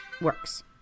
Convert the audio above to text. works